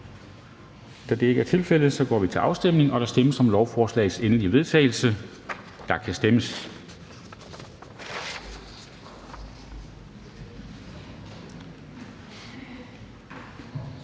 Det er der ikke. Så går vi til afstemning, og der stemmes om lovforslagets endelige vedtagelse, eller er